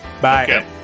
Bye